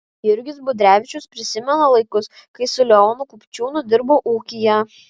jurgis budrevičius prisimena laikus kai su leonu kupčiūnu dirbo ūkyje